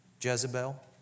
Jezebel